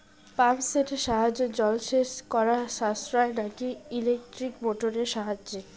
Pump সেটের সাহায্যে জলসেচ করা সাশ্রয় নাকি ইলেকট্রনিক মোটরের সাহায্যে?